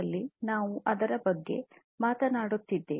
0 ಅದರ ಬಗ್ಗೆ ನಾವು ಮಾತನಾಡುತ್ತಿದ್ದೇವೆ